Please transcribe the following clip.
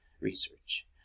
research